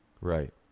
Right